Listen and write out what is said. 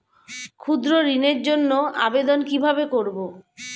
ক্ষুদ্র ঋণের জন্য আবেদন কিভাবে করব?